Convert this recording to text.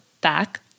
back